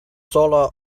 solo